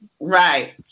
Right